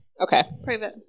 okay